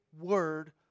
Word